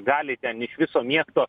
gali ten iš viso miesto